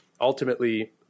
ultimately